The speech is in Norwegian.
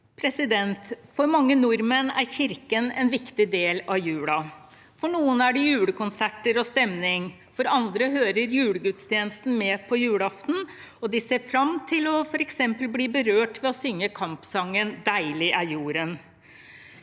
For mange nordmenn er kirken en viktig del av julen. For noen er det julekonserter og stemning. For andre hører julegudstjenesten med på julaften, og de ser fram til f.eks. å bli berørt ved å synge kampsangen «Deilig er jorden».